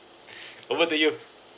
over to you